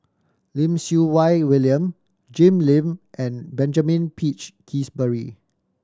Lim Siew Wai William Jim Lim and Benjamin Peach Keasberry